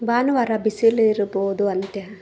ಭಾನುವಾರ ಬಿಸಿಲಿರ್ಬೋದು ಅಂತೀಯ